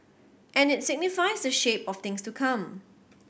and it signifies the shape of things to come